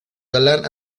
galán